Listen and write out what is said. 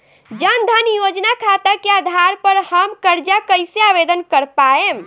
जन धन योजना खाता के आधार पर हम कर्जा कईसे आवेदन कर पाएम?